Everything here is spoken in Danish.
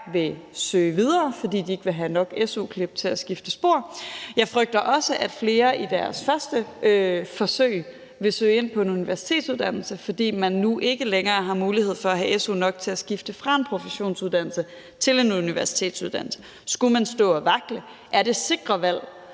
vil søge videre, fordi de ikke vil have nok su-klip til at skifte spor. Jeg frygter også, at flere i deres første forsøg vil søge ind på en universitetsuddannelse, fordi man nu ikke længere har mulighed for at have su nok til at skifte fra en professionsuddannelse til en universitetsuddannelse. Skulle man stå og vakle, er det sikre valg